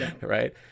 right